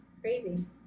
Crazy